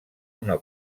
una